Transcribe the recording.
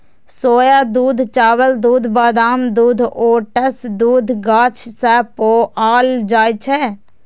सोया दूध, चावल दूध, बादाम दूध, ओट्स दूध गाछ सं पाओल जाए छै